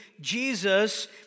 Jesus